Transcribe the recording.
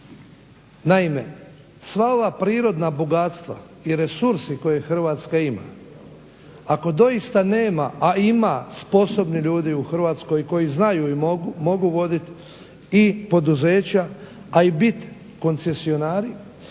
Naime, sva ova prirodna bogatstva i resursi koje Hrvatska ima ako doista nema, a ima sposobnih ljudi u Hrvatskoj koji znaju i mogu voditi i poduzeća, a i biti koncesionari,